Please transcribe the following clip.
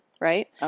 Right